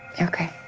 okay.